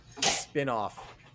spin-off